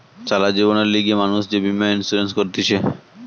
সারা জীবনের লিগে মানুষ যে বীমা ইন্সুরেন্স করতিছে